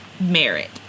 merit